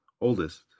oldest